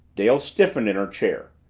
dale stiffened in her chair.